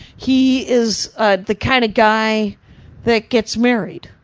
he is, ah the kind of guy that gets married.